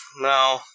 No